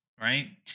right